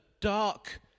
dark